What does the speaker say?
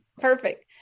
perfect